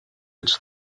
its